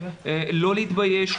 לא להתבייש,